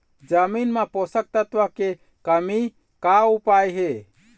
जमीन म पोषकतत्व के कमी का उपाय हे?